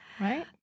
right